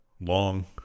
Long